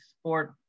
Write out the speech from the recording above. sport